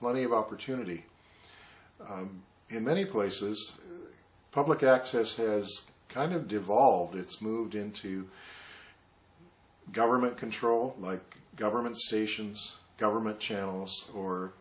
plenty of opportunity in many places public access has kind of devolved it's moved into government control like government stations government channels or